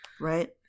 Right